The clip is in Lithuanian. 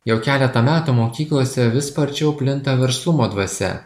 jau keletą metų mokyklose vis sparčiau plinta verslumo dvasia